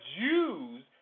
Jews